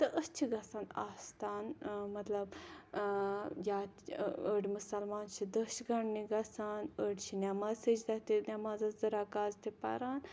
تہٕ أسۍ چھِ گَژھان آستان مَطلَب یا أڈۍ مُسَلمان چھِ دٔشۍ گَنٛڈنہِ گَژھان أڈۍ چھِ نماز سٔجدہ تہِ نٮ۪مازَز زٕ رَکاژ تہِ پَران